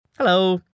Hello